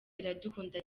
iradukunda